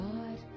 God